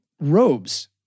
robes